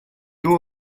дүү